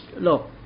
Look